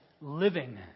living